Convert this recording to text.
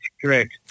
correct